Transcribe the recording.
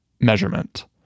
measurement